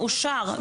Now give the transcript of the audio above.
התכשיר מאושר,